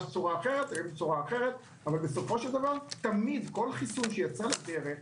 כל חיסון שיצא לדרך,